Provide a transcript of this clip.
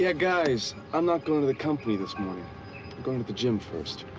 yeah guys, i'm not going to the company this morning. i'm going to the gym first.